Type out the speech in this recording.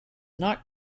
not